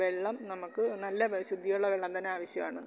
വെള്ളം നമുക്ക് നല്ല ശുദ്ധിയുള്ള വെള്ളം തന്ന ആവശ്യമാണ്